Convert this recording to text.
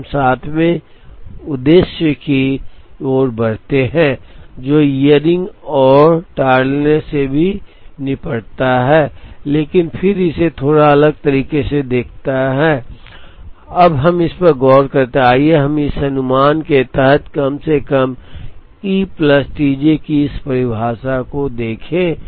फिर हम सातवें उद्देश्य की ओर बढ़ते हैं जो ईयररिंग और टार्डनेस से भी निपटता है लेकिन फिर इसे थोड़ा अलग तरीके से देखता है अब हम इस पर गौर करते हैं आइए हम इस अनुमान के तहत कम से कम ई प्लस टी जे की इस परिभाषा को देखें